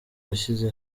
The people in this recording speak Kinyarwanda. washyize